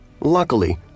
Luckily